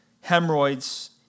hemorrhoids